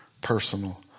personal